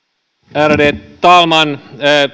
ärade talman